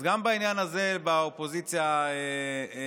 אז גם בעניין הזה באופוזיציה מבולבלים.